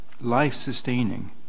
life-sustaining